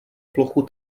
plochu